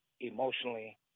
emotionally